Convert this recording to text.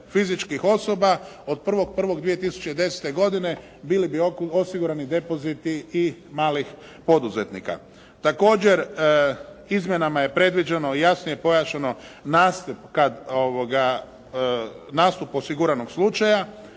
od 1.1.2010. godine bili bi osigurani depoziti i malih poduzetnika. Također izmjenama je predviđeno i jasnije pojačano nastup osiguranog slučaja.